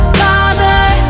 father